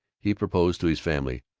he proposed to his family,